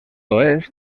oest